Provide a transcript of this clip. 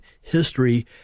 history